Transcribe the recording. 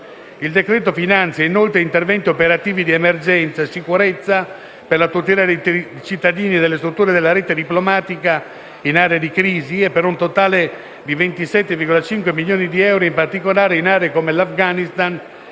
in esame finanzia, inoltre, interventi operativi di emergenza e sicurezza per la tutela dei cittadini e delle strutture della rete diplomatica in aree di crisi, per un totale di 27,5 milioni di euro, riferendosi, in particolare, ad aree come l'Afghanistan,